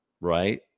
right